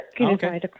Okay